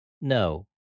No